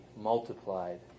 multiplied